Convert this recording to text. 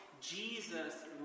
Jesus